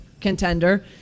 contender